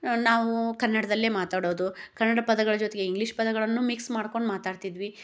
ನಾವು ಕನ್ನಡದಲ್ಲೇ ಮಾತಾಡೋದು ಕನ್ನಡ ಪದಗಳ ಜೊತೆಗೆ ಇಂಗ್ಲೀಷ್ ಪದಗಳನ್ನೂ ಮಿಕ್ಸ್ ಮಾಡ್ಕೊಂಡು ಮಾತಾಡ್ತಿದ್ವಿ